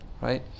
right